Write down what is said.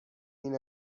این